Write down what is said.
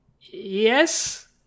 yes